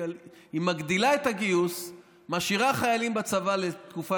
היא מגדילה את הגיוס ומשאירה חיילים בצבא לתקופה